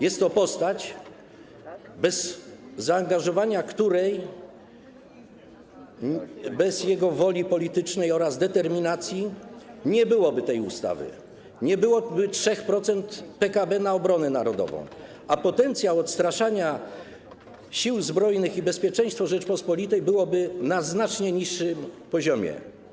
Jest to postać, bez której zaangażowania, bez jej woli politycznej oraz determinacji nie byłoby tej ustawy, nie byłoby 3% PKB na obronę narodową, a potencjał odstraszania Sił Zbrojnych i bezpieczeństwo Rzeczypospolitej byłyby na znacznie niższym poziomie.